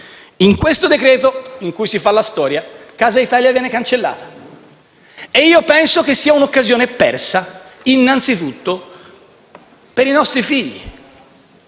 In questo decreto-legge, in cui si fa la storia, Casa Italia viene cancellata e io penso che sia un'occasione persa, innanzitutto per i nostri figli.